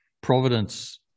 providence